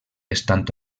estant